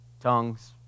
tongues